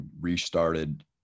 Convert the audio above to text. restarted